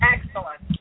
Excellent